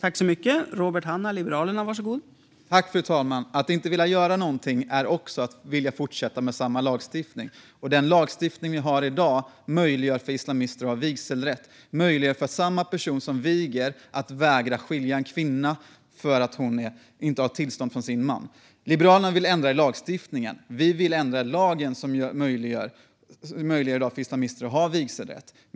Fru talman! Att inte vilja göra någonting är också att vilja fortsätta med samma lagstiftning. Den lagstiftning vi har i dag möjliggör för islamister att ha vigselrätt och möjliggör för samma person som viger att vägra låta en kvinna skilja sig för att hon inte har tillstånd från sin man. Liberalerna vill ändra lagstiftningen. Vi vill ändra i den lag som i dag möjliggör för islamister att ha vigselrätt.